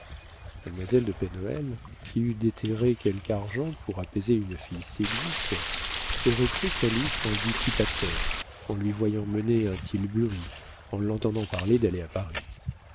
mademoiselle de pen hoël qui eût déterré quelque argent pour apaiser une fille séduite aurait cru calyste un dissipateur en lui voyant mener un tilbury en l'entendant parler d'aller à paris